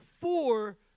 four